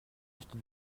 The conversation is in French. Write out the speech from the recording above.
acheter